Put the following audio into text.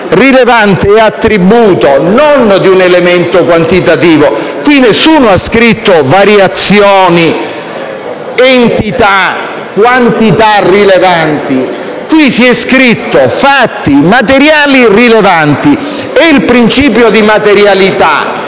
«rilevante» è attributo non di un elemento quantitativo. Qui nessuno ha scritto variazioni, entità, quantità rilevanti; qui si è scritto «fatti materiali rilevanti» e il principio di materialità,